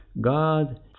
God